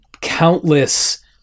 countless